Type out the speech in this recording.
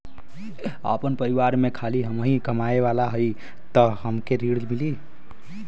आपन परिवार में खाली हमहीं कमाये वाला हई तह हमके ऋण मिली?